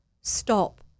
Stop